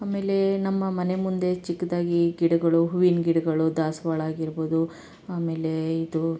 ಆಮೇಲೆ ನಮ್ಮ ಮನೆ ಮುಂದೆ ಚಿಕ್ಕದಾಗಿ ಗಿಡಗಳು ಹೂವಿನ ಗಿಡಗಳು ದಾಸವಾಳ ಆಗಿರ್ಬೋದು ಆಮೇಲೆ ಇದು